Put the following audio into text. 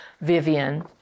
Vivian